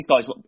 guys